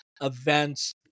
events